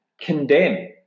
condemn